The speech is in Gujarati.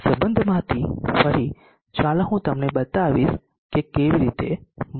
સંબંધમાંથી ફરી ચાલો હું તમને બતાવીશ કે કેવી રીતે મળ્યું